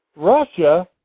Russia